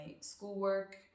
schoolwork